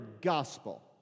gospel